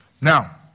Now